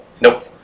Nope